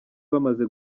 bamaze